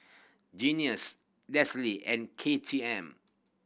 Guinness Delsey and K T M